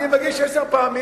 תגיש, אני מגיש עשר פעמים.